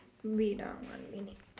wait ah one minute